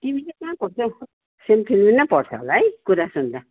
तिमी चाहिँ कहाँ पढ्थ्यौ सेन्ट फिलिमिनै पढ्थ्यौ होला है कुरा सुन्दा